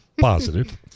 positive